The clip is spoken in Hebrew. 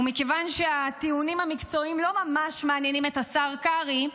ומכיוון שהטיעונים המקצועיים לא ממש מעניינים את השר קרעי,